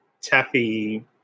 taffy